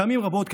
פעמים רבות,